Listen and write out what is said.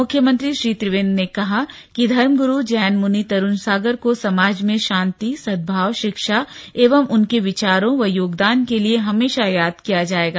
मुख्यमंत्री श्री त्रिवेन्द्र ने कहा कि धमगुरू जैन मुनि तरूण सागर को समाज में शांति सद्भाव शिक्षा एवं उनके विचाारों व योगदान के लिये हमेशा याद किया जायेगा